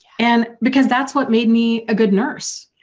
and because that's what made me a good nurse.